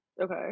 Okay